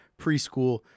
preschool